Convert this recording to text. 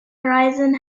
horizon